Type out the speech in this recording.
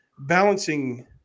balancing